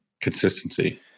consistency